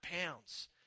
pounds